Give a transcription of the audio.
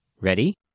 Ready